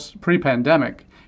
pre-pandemic